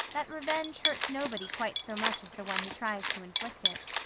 that revenge hurts nobody quite so much as the one who tries to inflict it.